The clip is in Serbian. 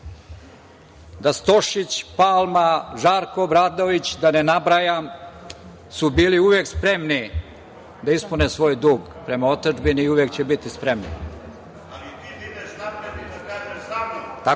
Stošić, Palma, Žarko Obradović, da ne nabrajam, su bili uvek spremni da ispune svoj dug prema otadžbini i uvek će biti